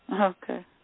Okay